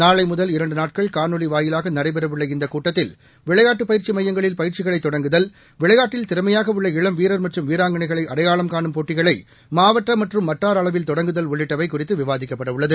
நாளை முதல் இரண்டு நாட்கள் காணொலி வாயிலாக நடைபெறவுள்ள இந்தக் கூட்டத்தில் விளையாட்டுப் பயிற்சி மையங்களில் பயிற்சிகளை தொடங்குதல் விளையாட்டில் திறமையாக உள்ள இளம் வீரர் மற்றும் வீராங்கனைகளை அடையாளம் காணும் போட்டிகளை மாவட்ட மற்றும் வட்டார அளவில் தொடங்குதல் உள்ளிட்டவை குறித்து விவாதிக்கப்படவுள்ளது